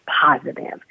positive